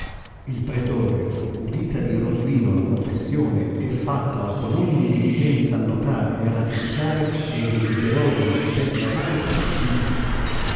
il pretore udita di rosolino la confessione e fcattala con ogni diligenza annotare e ratificare e desideroso di sapere la causa disse